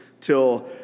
till